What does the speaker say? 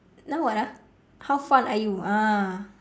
now what ah how fun are you ah